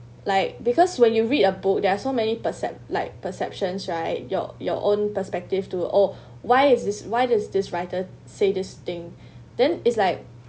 like because when you read a book there are so many percep~ like perceptions right your your own perspective to oh why is this why does this writer say this thing then is like